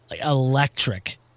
electric